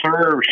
serve